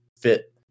fit